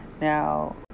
Now